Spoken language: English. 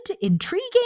intriguing